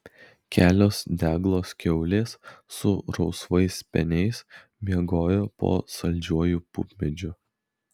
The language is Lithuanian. kelios deglos kiaulės su rausvais speniais miegojo po saldžiuoju pupmedžiu